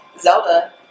Zelda